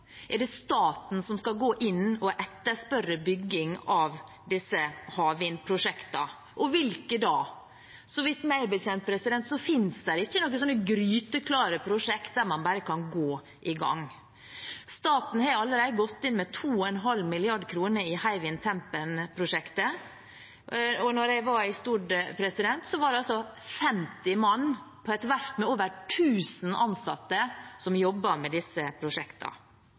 Meg bekjent finnes det ikke noen gryteklare prosjekter der man bare kan gå i gang. Staten har allerede gått inn med 2,5 mrd. kr i Hywind Tampen-prosjektet. Da jeg var i Stord, var det 50 mann på et verft med over 1 000 ansatte som jobbet med disse